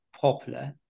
popular